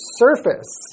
surface